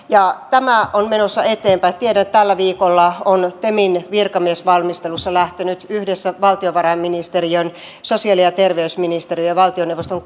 ja tämä on menossa eteenpäin tiedän että tällä viikolla on temin virkamiesvalmistelussa lähtenyt yhdessä valtiovarainministeriön sosiaali ja terveysministeriön ja valtioneuvoston